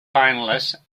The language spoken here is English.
finalist